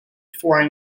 foreign